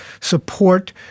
support